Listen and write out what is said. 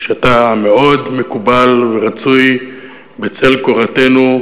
שאתה מאוד מקובל ורצוי בצל קורתנו.